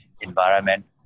environment